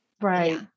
right